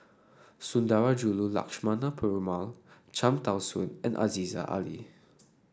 Sundarajulu Lakshmana Perumal Cham Tao Soon and Aziza Ali